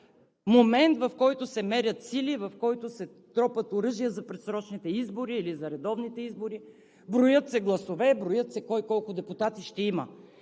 момент, в който се мерят сили, в който се тропат оръжия за предсрочните избори или за редовните избори, броят се гласове, брои се кой колко депутати ще има.